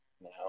now